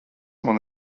man